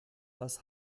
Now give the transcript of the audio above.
was